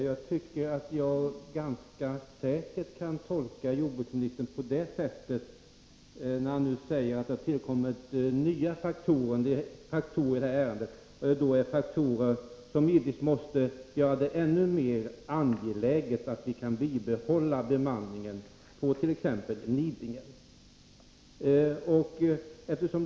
Herr talman! Då jordbruksministern säger att det har tillkommit nya faktorer i det här ärendet, tycker jag att jag ganska säkert kan tolka detta så, att han anser att dessa faktorer gör det ännu mer angeläget att vi kan bibehålla bemanningen på t.ex. Nidingen.